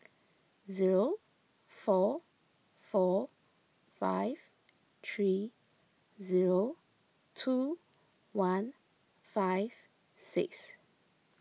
zero four four five three zero two one five six